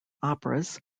operas